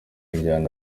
injyana